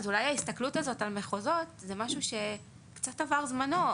אז אולי ההסתכלות הזאת על מחוזות זה משהו שקצת עבר זמנו,